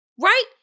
right